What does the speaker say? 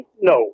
No